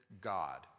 God